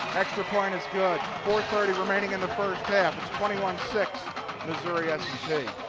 extra point is good. four thirty remaining in the first half. it's twenty one six missouri s and t.